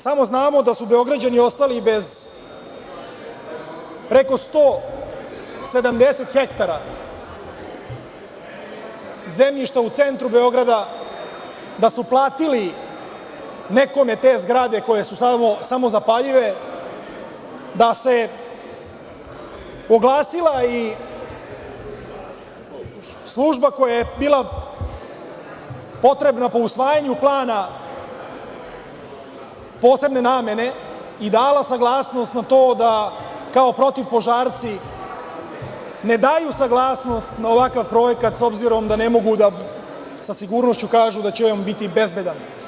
Samo znamo da su Beograđani ostali bez preko 170 hektara zemljišta u centru Beograda, da su platili nekome te zgrade koje su samozapaljive, da se oglasila i služba koja je bila potrebna po usvajanju plana posebne namene i dala saglasnost na to da kao protivpožarci ne daju saglasnost na ovakav projekat s obzirom da ne mogu da sa sigurnošću kažu da će on biti bezbedan.